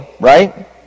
right